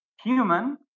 human